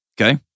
Okay